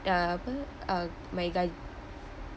dah apa uh my ga~